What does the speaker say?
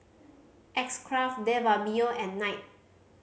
X Craft De Fabio and Night